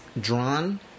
drawn